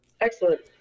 Excellent